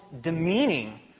demeaning